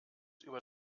über